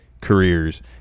careers